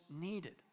needed